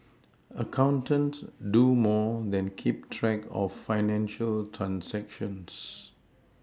accountants do more than keep track of financial transactions